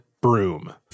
broom